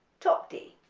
top d,